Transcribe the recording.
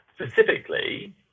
specifically